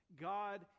God